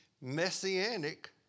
messianic